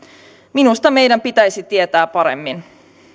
minusta meidän pitäisi tietää paremmin